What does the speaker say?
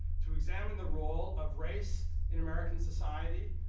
to examine the role of race in american society,